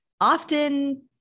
often